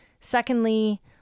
Secondly